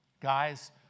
Guys